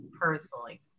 personally